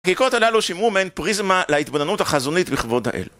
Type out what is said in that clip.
הגיקות הללו שמרו מהן פריזמה להתבוננות החזונית בכבוד האל